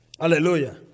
Hallelujah